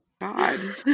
God